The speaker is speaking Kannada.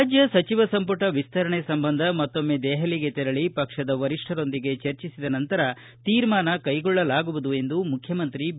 ರಾಜ್ಯ ಸಚಿವ ಸಂಪುಟ ವಿಸ್ತರಣೆ ಸಂಬಂಧ ಮತ್ತೊಮ್ಮೆ ದೆಹಲಿಗೆ ತೆರಳಿ ಪಕ್ಷದ ವರಿಷ್ಠರೊಂದಿಗೆ ಚರ್ಚಿಸಿದ ನಂತರ ತೀರ್ಮಾನ ಕೈಗೊಳ್ಳಲಾಗುವುದು ಎಂದು ಮುಖ್ಯಮಂತ್ರಿ ಬಿ